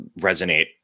resonate